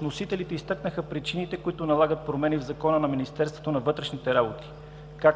вносителите изтъкнаха причините, които налагат промени в Закона за Министерството на вътрешните работи, както